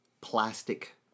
plastic